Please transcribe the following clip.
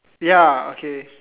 ya okay